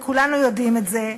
וכולנו יודעים את זה,